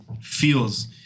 feels